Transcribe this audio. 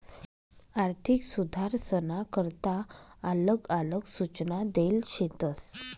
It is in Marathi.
आर्थिक सुधारसना करता आलग आलग सूचना देल शेतस